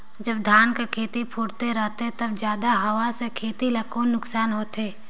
जब धान कर खेती फुटथे रहथे तब जादा हवा से खेती ला कौन नुकसान होथे?